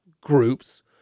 groups